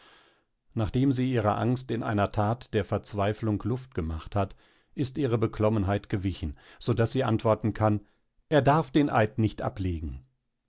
nachdem sie ihrer angst in einer tat der verzweiflung luft gemacht hat ist ihre beklommenheit gewichen so daß sie antworten kann er darf den eid nicht ablegen